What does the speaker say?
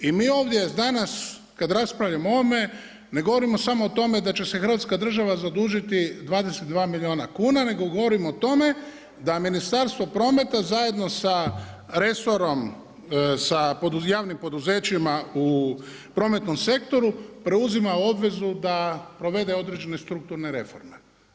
I mi ovdje danas kada raspravljamo o ovome, ne govorimo samo o tome da će se Hrvatska država zadužiti 22 milijuna kuna, nego govorim o tome da Ministarstvo prometa, zajedno sa resorom, sa javnim poduzećima u prometnom sektoru, preuzima obvezu da provede određene strukturne reforme.